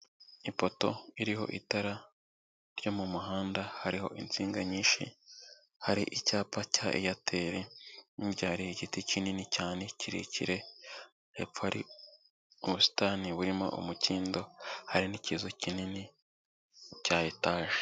Ipoto iriho itara ryo mu muhanda hariho insinga nyinshi; hari icyapa cya eyateri, hirya hari igiti kinini cyane kirekire; hepfo hari ubusitani burimo umukindo, hari n'ikizu kinini cya etaje.